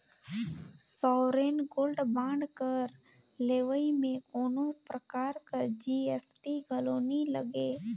sovereign gold bond कर लेवई में कोनो परकार कर जी.एस.टी घलो नी लगे